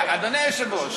אדוני היושב-ראש,